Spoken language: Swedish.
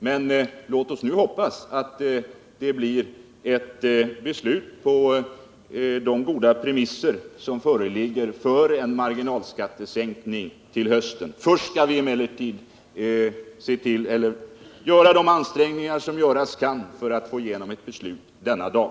Men låt oss nu hoppas, om det blir ett beslut om marginalskattesänkning till hösten, att det blir ett beslut på de goda premisser som föreligger. Först skall vi emellertid göra de ansträngningar som göras kan för att få igenom ett beslut denna dag.